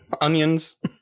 onions